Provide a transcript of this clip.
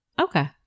Okay